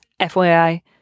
FYI